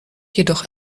jedoch